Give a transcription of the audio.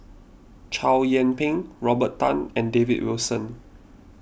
Chow Yian Ping Robert Tan and David Wilson